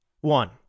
one